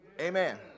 Amen